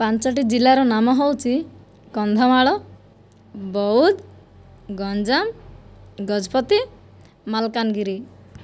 ପାଞ୍ଚଟି ଜିଲ୍ଲାର ନାମ ହେଉଛି କନ୍ଧମାଳ ବୌଦ୍ଧ ଗଞ୍ଜାମ ଗଜପତି ମାଲକାନଗିରି